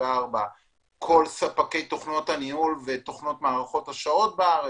כל ספקי תוכנות הניהול ותוכנות מערכות השעות בארץ.